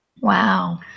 Wow